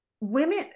women